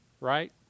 right